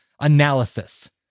analysis